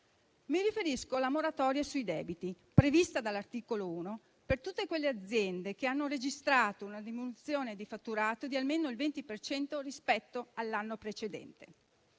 Mi riferisco alla moratoria sui debiti, prevista dall'articolo 1 per tutte quelle aziende che hanno registrato una diminuzione di fatturato di almeno il 20 per cento rispetto all'anno precedente.